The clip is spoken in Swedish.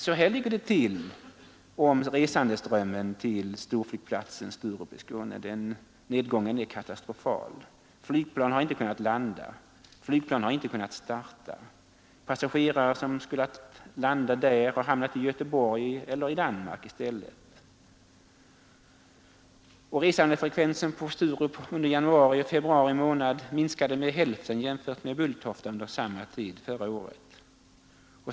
Så här ligger det alltså till med resandeströmmen till storflygplatsen i Sturup — nedgången är katastrofal. Flygplan har inte kunnat landa, inte kunnat starta, passagerare har hamnat i Göteborg eller i Danmark i stället. Resandefrekvensen på Sturup under månaderna januari och februari minskade med hälften jämfört med Bulltofta samma tid förra året.